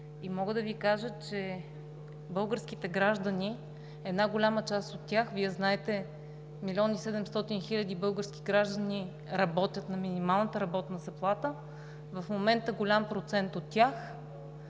и мога да Ви кажа, че българските граждани – една голяма част от тях, Вие знаете – милион и 700 хиляди български граждани работят на минималната работна заплата, но в момента голям процент от тях